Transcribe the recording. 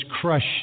crushed